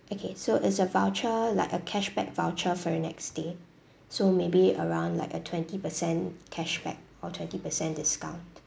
okay so it's a voucher like a cashback voucher for your next stay so maybe around like a twenty percent cashback or twenty percent discount